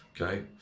okay